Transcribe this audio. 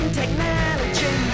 technology